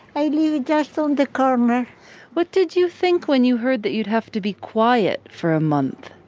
i live just on the corner what did you think when you heard that you'd have to be quiet for a month?